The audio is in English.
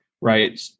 right